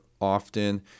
often